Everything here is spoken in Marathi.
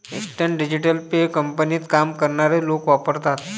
इन्स्टंट डिजिटल पे कंपनीत काम करणारे लोक वापरतात